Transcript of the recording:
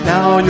Now